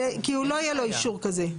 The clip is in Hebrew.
כי לא יהיה לו אישור כזה.